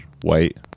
white